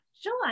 Sure